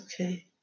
okay